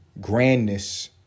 grandness